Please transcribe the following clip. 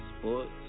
sports